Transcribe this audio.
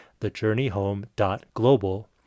thejourneyhome.global